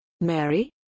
Mary